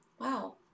Wow